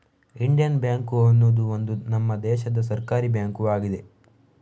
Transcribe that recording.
Indian bank ಅನ್ನುದು ಒಂದು ನಮ್ಮ ದೇಶದ ಸರ್ಕಾರೀ ಬ್ಯಾಂಕು ಆಗಿದೆ